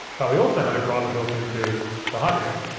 but we also have a driver built into the hyperdeck.